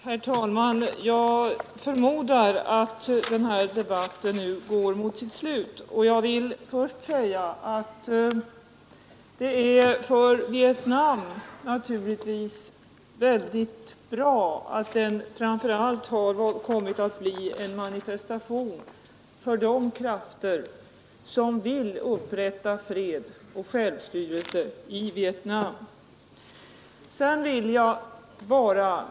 Herr talman! Jag förmodar att den här debatten nu går mot sitt slut. Först vill jag säga att det för Vietnams sak naturligtvis är av stort värde att den framför allt har kommit att bli en manifestation för de krafter som vill upprätta fred och självstyrelse i Vietnam.